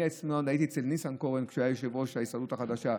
אני עצמי הייתי אצל ניסנקורן כשהיה יושב-ראש ההסתדרות החדשה,